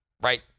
right